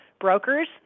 Brokers